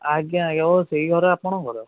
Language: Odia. ଆଜ୍ଞା ଆଜ୍ଞା ଓ ସେଇ ଘର ଆପଣଙ୍କର